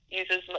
uses